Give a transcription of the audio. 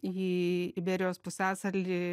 į iberijos pusiasalį